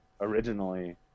originally